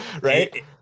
right